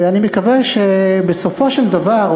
ואני מקווה שבסופו של דבר,